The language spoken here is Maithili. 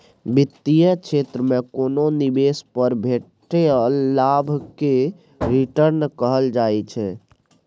बित्तीय क्षेत्र मे कोनो निबेश पर भेटल लाभ केँ रिटर्न कहल जाइ छै